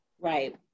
Right